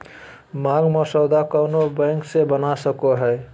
मांग मसौदा कोनो बैंक से बना सको हइ